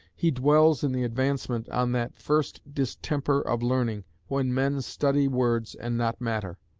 he dwells in the advancement on that first distemper of learning, when men study words and not matter.